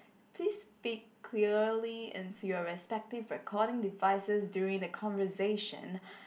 please speak clearly into your respective recording devices during the conversation